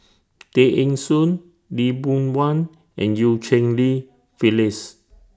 Tay Eng Soon Lee Boon Wang and EU Cheng Li Phyllis